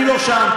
אני לא שם,